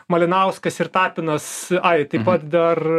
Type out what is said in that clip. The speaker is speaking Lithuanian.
malinauskas ir tapinas ai taip pat dabar